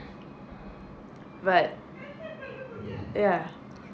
but ya